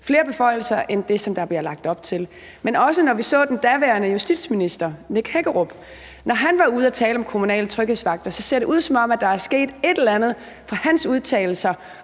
flere beføjelser end det, som der bliver lagt op til. Men også når vi så den daværende justitsminister Nick Hækkerup, når han var ude at tale om kommunale tryghedsvagter, ser det ud, som om der er sket et eller andet fra hans udtalelser